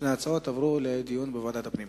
עברו לדיון בוועדת הפנים